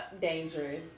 Dangerous